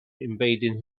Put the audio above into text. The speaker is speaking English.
invading